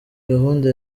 gahunda